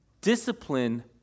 discipline